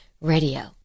Radio